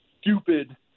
stupid